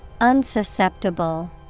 Unsusceptible